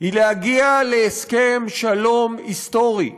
היא להגיע להסכם שלום היסטורי,